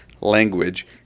language